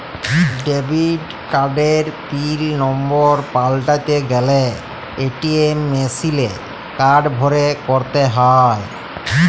debit কার্ডের pin number পাল্টাতে গ্যালে এ.টি.এম মেশিলে কার্ড ভরে ক্যরতে হ্য়য়